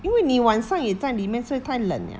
因为你晚上也在里面所以太冷了